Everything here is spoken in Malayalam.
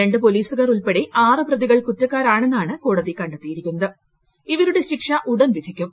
രണ്ട് പോലീസുകാർ ഉൾപ്പെടെ ആറ് പ്രതികൾ കൂറ്റക്കാരാണെന്നാണ് കോടതി കണ്ടെത്തിയിരിക്കുന്നത് ഇവരുള്ട് ൾിക്ഷ ഉടൻ തന്നെ വിധിക്കും